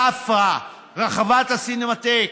ספרא, רחבת הסינמטק,